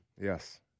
Yes